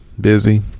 busy